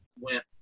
went